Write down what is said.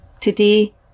today